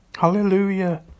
Hallelujah